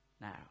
now